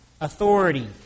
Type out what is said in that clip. authority